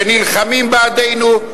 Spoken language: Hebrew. שנלחמים בעדנו,